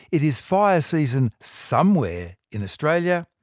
it is fire season somewhere in australia.